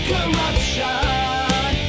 Corruption